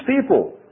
people